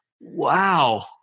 Wow